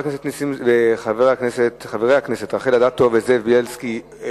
חברי הכנסת רחל אדטו וזאב בילסקי,